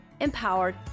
Empowered